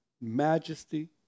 majesty